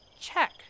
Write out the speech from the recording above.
check